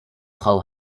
frau